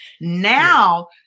now